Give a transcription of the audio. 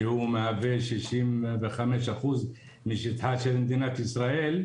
שהוא מהווה 65% משטחה של מדינת ישראל,